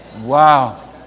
Wow